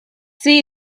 see